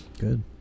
Good